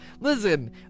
Listen